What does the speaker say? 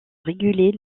réguler